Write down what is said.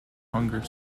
hunger